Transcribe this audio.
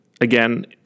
Again